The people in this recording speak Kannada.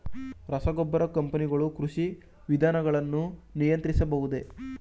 ರಸಗೊಬ್ಬರ ಕಂಪನಿಗಳು ಕೃಷಿ ವಿಧಾನಗಳನ್ನು ನಿಯಂತ್ರಿಸಬಹುದೇ?